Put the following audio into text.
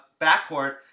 backcourt